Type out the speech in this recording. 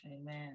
Amen